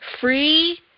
Free